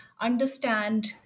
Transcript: understand